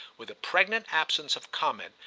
with a pregnant absence of comment,